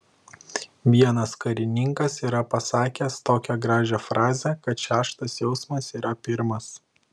vienas karininkas yra pasakęs tokią gražią frazę kad šeštas jausmas yra pirmas